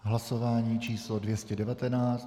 Hlasování číslo 219.